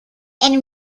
and